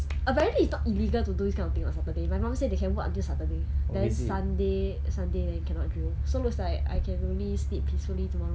apparently it's not illegal to do this kind of thing on saturday my mum say they can work until saturday then sunday sunday then cannot drill so looks like I can only sleep peacefully tomorrow